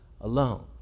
alone